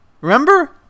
Remember